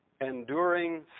enduring